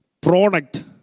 product